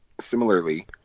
similarly